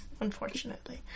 unfortunately